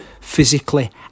physically